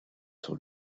sur